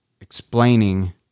explaining